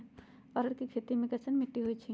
अरहर के खेती मे कैसन मिट्टी होइ?